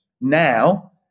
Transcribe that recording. Now